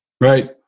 Right